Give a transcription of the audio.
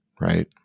right